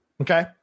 Okay